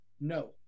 no